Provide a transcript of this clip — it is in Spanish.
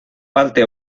parte